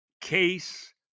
Case